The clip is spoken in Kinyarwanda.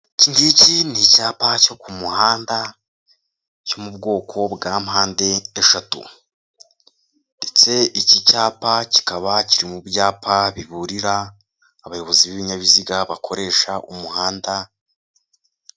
Iki ngiki ni icyapa cyo ku muhanda cyo mu bwoko bwa mpande eshatu. Ndetse iki cyapa kikaba kiri mu byapa biburira abayobozi b'ibinyabiziga bakoresha umuhanda...